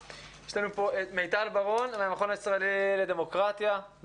מיטל ברון מן המכון הישראלי לדמוקרטיה,